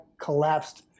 collapsed